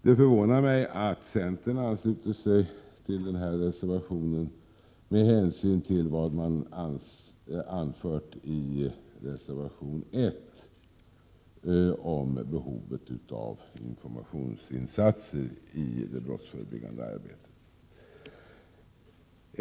Det förvånar mig att centern ansluter sig till denna reservation, med hänsyn till vad man anfört i reservation I om behovet av informationsinsatser i det brottsförebyggande arbetet.